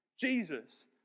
Jesus